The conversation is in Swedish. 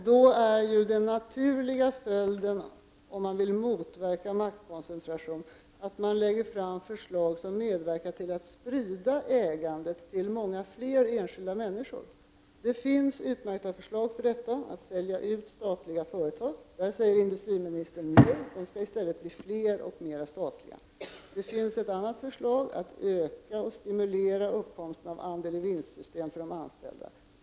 Herr talman! Om man vill motverka maktkoncentration är den naturliga följden att man lägger fram förslag som medverkar till att sprida ägandet till många fler enskilda människor. Det finns utmärkta förslag till detta, bl.a. att sälja ut statliga företag. Till detta säger industriministern nej. De skall i stället bli fler och mera statliga. Ett annat förslag är att öka och stimulera uppkomsten av andel-i-vinst-system för de anställda.